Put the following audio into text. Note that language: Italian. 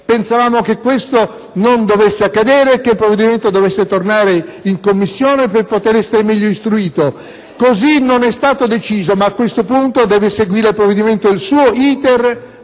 pensavamo che ciò non dovesse accadere e che il provvedimento dovesse tornare in Commissione per poter essere meglio istruito. Così non è stato deciso, ma, a questo punto, il provvedimento deve seguire